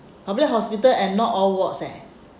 public hospital and not all wards eh